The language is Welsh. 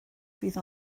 fydd